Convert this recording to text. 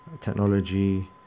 technology